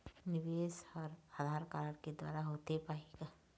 निवेश हर आधार कारड के द्वारा होथे पाही का?